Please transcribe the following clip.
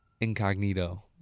incognito